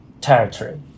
territory